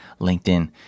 LinkedIn